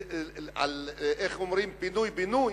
איך אומרים, פינוי-בינוי?